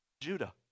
Judah